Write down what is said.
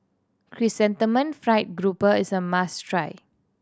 Chrysanthemum Fried Grouper is a must try